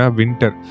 winter